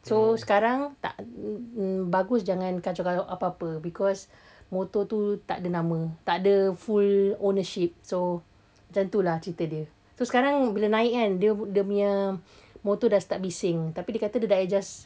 so sekarang tak bagus jangan kacau apa-apa because motor tu takde nama takde full ownership so macam tu lah cerita dia so sekarang bila naik kan dia dia punya motor dah start bising tapi dia kata dah adjust